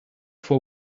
for